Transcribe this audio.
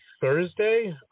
Thursday